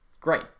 great